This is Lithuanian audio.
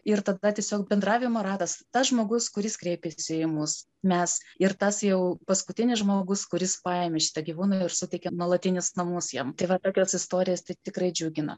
ir tada tiesiog bendravimo ratas tas žmogus kuris kreipėsi į mus mes ir tas jau paskutinis žmogus kuris paėmė šitą gyvūną ir suteikė nuolatinius namus jam tai va tokios istorijos tai tikrai džiugina